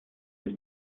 has